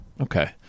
Okay